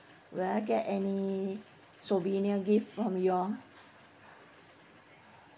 will I get any souvenir gift from you all